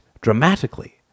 dramatically